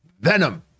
Venom